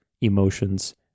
emotions